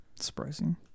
Surprising